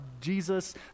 Jesus